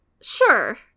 Sure